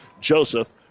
Joseph